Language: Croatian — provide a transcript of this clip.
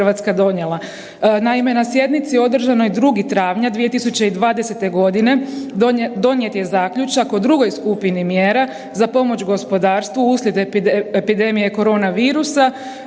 Vlada RH donijela. Naime, na sjednici održanoj 2. travnja 2020. godine donijet je zaključak o drugoj skupini mjera za pomoć gospodarstvu uslijed epidemije korona virusa